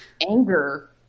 anger